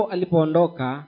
Alipondoka